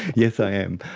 yeah i am,